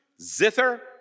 zither